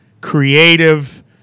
creative